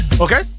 Okay